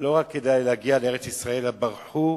היה דיון בוועדה ומרינה סולודקין,